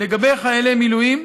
לגבי חיילי מילואים,